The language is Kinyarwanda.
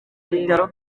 bitaro